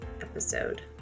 episode